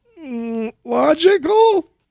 logical